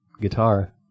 guitar